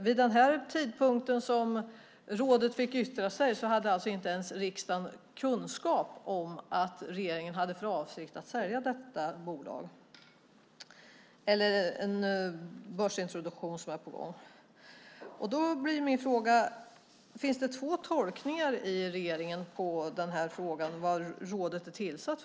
Vid den tidpunkt när rådet fick yttra sig hade alltså riksdagen inte ens kunskap om att regeringen hade för avsikt att sälja detta bolag eller att en börsintroduktion skulle kunna vara på gång. Min fråga är om det finns två tolkningar inom regeringen när det gäller i vilket syfte rådet är tillsatt?